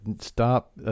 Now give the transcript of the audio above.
stop